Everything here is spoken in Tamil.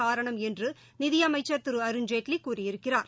காரணம் என்று நிதி அமைச்சர் திரு அருண்ஜேட்லி கூறியிருக்கிறார்